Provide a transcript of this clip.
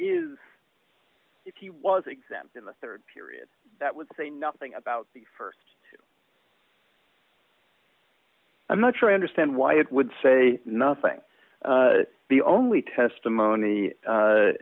is if he was exempt in the rd period that would say nothing about the st i'm not sure i understand why it would say nothing the only testimony